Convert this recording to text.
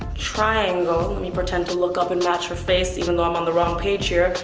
triangle. let me pretend to look up and match her face even though i'm on the wrong page here.